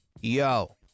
yo